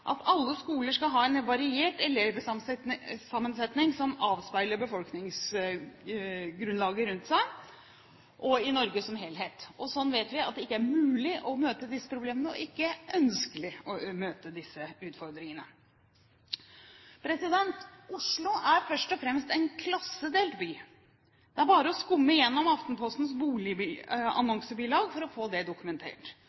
at alle skoler skal ha en variert elevsammensetning som avspeiler befolkningsgrunnlaget rundt seg og i Norge som helhet. Sånn vet vi at det ikke er mulig å møte disse problemene, og ikke ønskelig å møte disse utfordringene. Oslo er først og fremst en klassedelt by – det er bare å skumme gjennom Aftenpostens